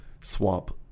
swap